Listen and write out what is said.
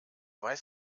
weiß